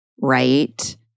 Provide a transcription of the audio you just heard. right